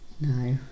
No